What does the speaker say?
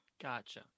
Gotcha